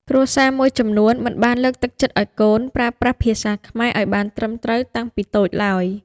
គ្រួសារមួយចំនួនមិនបានលើកទឹកចិត្តឱ្យកូនប្រើប្រាស់ភាសាខ្មែរឲ្យបានត្រឹមត្រូវតាំងពីតូចឡើយ។